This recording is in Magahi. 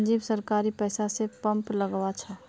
संजीव सरकारी पैसा स पंप लगवा छ